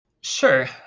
Sure